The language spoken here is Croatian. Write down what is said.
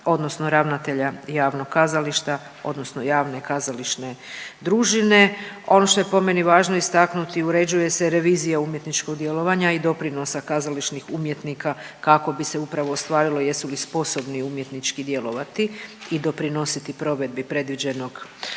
odnosno ravnatelja javnog kazališta odnosno javne kazališne družine. Ono što je po meni važno istaknuti uređuje se revizija umjetničkog djelovanja i doprinosa kazališnih umjetnika kako bi se upravo ostvarilo jesu li sposobni umjetnički djelovati i doprinositi provedbi predviđenog repertoarnog